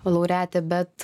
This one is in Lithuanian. laureatė bet